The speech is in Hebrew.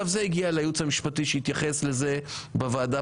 זה הגיע לייעוץ המשפטי שהתייחס לזה בוועדה.